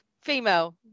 Female